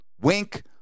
Wink